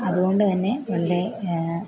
അതുകൊണ്ട് തന്നെ വളരെ